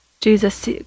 Jesus